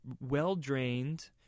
well-drained